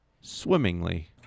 swimmingly